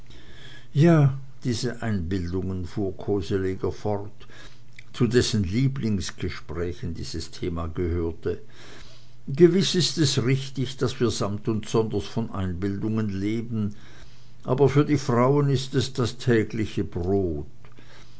ja diese einbildungen fuhr koseleger fort zu dessen lieblingsgesprächen dieses thema gehörte gewiß ist es richtig daß wir samt und sonders von einbildungen leben aber für die frauen ist es das tägliche brot